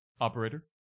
Operator